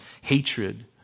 hatred